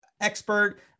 expert